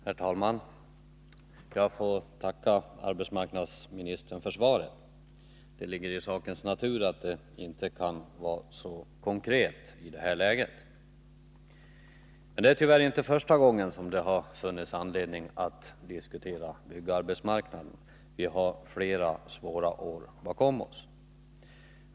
Herr talman! Jag får tacka arbetsmarknadsministern för svaret. Det ligger i sakens natur att det inte kan vara så konkret i det här läget. Det är tyvärr inte första gången som det har funnits anledning att diskutera byggarbetsmarknaden. Vi har flera svåra år bakom oss.